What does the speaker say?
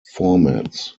formats